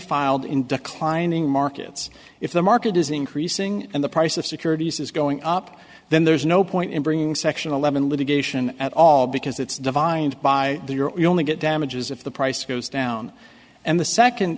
filed in declining markets if the market is increasing and the price of securities is going up then there's no point in bringing section eleven litigation at all because it's divined by the euro you only get damages if the price goes down and the second